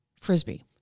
frisbee